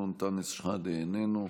איננו, אנטאנס שחאדה, איננו,